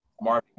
Marvin